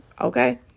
okay